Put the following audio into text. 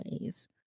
ways